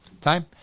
time